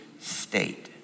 state